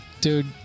dude